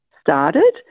started